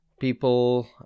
People